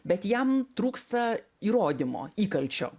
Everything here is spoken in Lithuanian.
bet jam trūksta įrodymo įkalčio